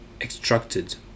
extracted